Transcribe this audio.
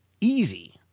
easy